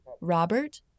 Robert